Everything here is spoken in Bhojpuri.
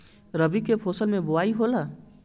रबी फसल मे बोआई होला?